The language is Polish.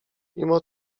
mimo